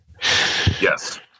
Yes